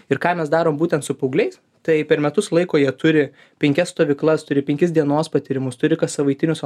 ir ką mes darom būtent su paaugliais tai per metus laiko jie turi penkias stovyklas turi penkis dienos patyrimus turi kassavaitinius